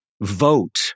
vote